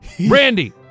Randy